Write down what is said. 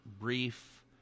brief